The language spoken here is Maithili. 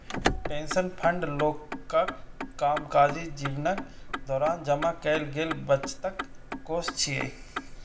पेंशन फंड लोकक कामकाजी जीवनक दौरान जमा कैल गेल बचतक कोष छियै